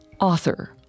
Author